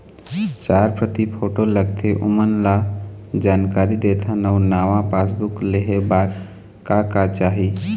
चार प्रति फोटो लगथे ओमन ला जानकारी देथन अऊ नावा पासबुक लेहे बार का का चाही?